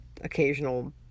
occasional